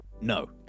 No